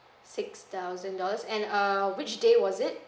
six thousand dollars and err which day was it